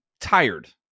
tired